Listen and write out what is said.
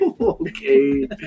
Okay